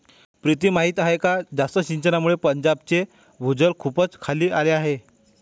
प्रीती माहीत आहे का जास्त सिंचनामुळे पंजाबचे भूजल खूपच खाली आले आहे